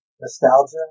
nostalgia